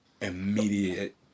immediate